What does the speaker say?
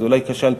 אז אולי כשלתי.